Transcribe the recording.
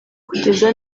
kugeza